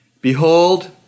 Behold